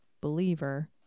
believer